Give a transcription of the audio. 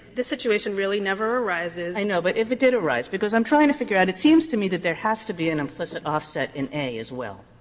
this situation really never arises. kagan i know. but if it did arise, because i'm trying to figure out it seems to me that there has to be an implicit offset in a as well.